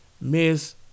miss